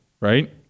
right